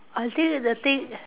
I think the thing